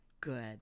Good